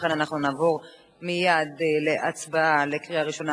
ולכן אנחנו נעבור מייד להצבעה בקריאה ראשונה.